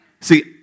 See